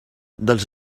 dels